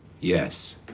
Yes